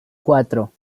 cuatro